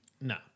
No